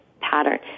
pattern